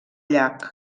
llac